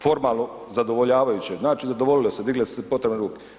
Formalno zadovoljavajuće, znači zadovoljilo se, digle su se potrebne ruke.